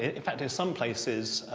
in fact, in some places